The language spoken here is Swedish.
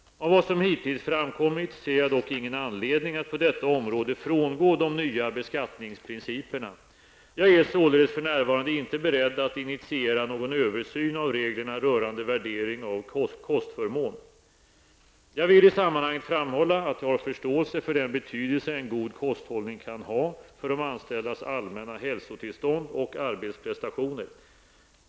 Av vad som hittills framkommit ser jag dock ingen anledning att på detta område frångå de nya beskattningsprinciperna. Jag är således för närvarande inte beredd att initiera någon översyn av reglerna rörande värdering av kostförmån. Jag vill i sammanhanget framhålla att jag har förståelse för den betydelse en god kosthållning kan ha för de anställdas allmänna hälsotillstånd och arbetsprestationer.